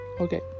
Okay